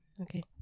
Okay